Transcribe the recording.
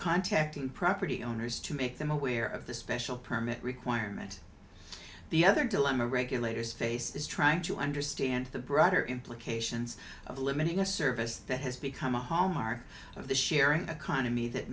contacting property owners to make them aware of the special permit requirements the other dilemma regulators face is trying to understand the broader implications of limiting a service that has become a hallmark of the sharing economy that